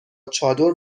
چادر